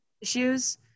issues